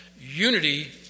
Unity